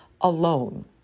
alone